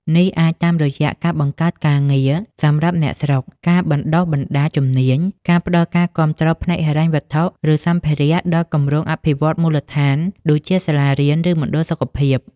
នេះអាចតាមរយៈការបង្កើតការងារសម្រាប់អ្នកស្រុក ការបណ្តុះបណ្តាលជំនាញ ការផ្តល់ការគាំទ្រផ្នែកហិរញ្ញវត្ថុ ឬសម្ភារៈដល់គម្រោងអភិវឌ្ឍន៍មូលដ្ឋាន ដូចជាសាលារៀន ឬមណ្ឌលសុខភាព ។